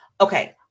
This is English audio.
okay